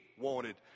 wanted